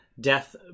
Death